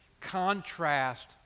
contrast